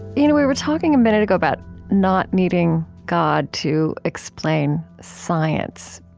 you know we were talking a minute ago about not needing god to explain science.